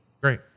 Great